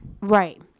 right